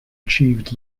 achieved